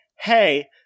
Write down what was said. hey